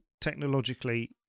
technologically